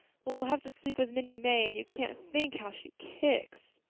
well, we'll have to sleep with minnie may and you can't think how she kicks.